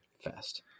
fast